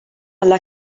alla